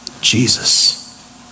Jesus